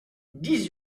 dix